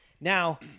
Now